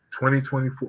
2024